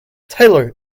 tyler